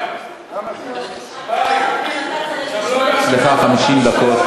יש לך 50 דקות.